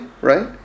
right